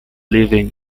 living